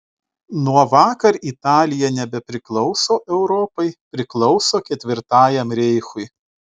nuo vakar italija nebepriklauso europai priklauso ketvirtajam reichui